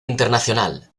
internacional